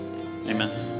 Amen